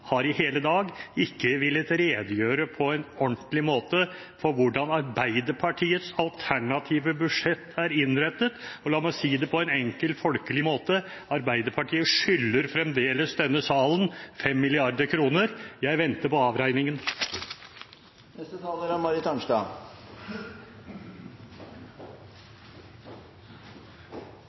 har i hele dag ikke villet redegjøre på en ordentlig måte for hvordan Arbeiderpartiets alternative budsjett er innrettet. La meg si det på en enkel, folkelig måte: Arbeiderpartiet skylder fremdeles denne salen fem mrd. kr. Jeg venter på avregningen. Det er